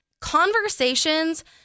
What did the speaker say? Conversations